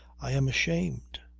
i am ashamed.